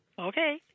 Okay